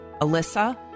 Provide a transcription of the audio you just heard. Alyssa